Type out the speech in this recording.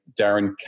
Darren